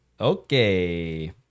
Okay